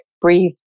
breathe